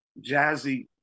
Jazzy